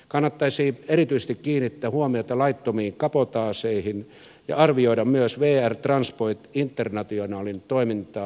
kannattaisi erityisesti kiinnittää huomiota laittomiin kabotaaseihin ja arvioida myös vr transpoint internationalin toimintaa